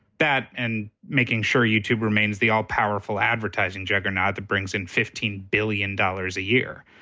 that, and making sure youtube remains the all-powerful advertising juggernaut that brings in fifteen billion dollars a year.